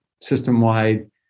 system-wide